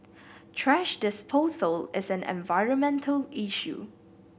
thrash disposal is an environmental issue